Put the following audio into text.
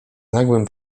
nagłym